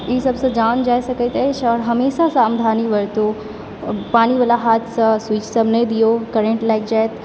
ई सभसँ जान जा सकैत अछि आओर हमेशा सावधानी बरतु पानीवाला हाथसँ स्वीचसभ नहि दिऔ करेन्ट लागि जैत